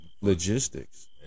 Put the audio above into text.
logistics